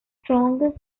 strong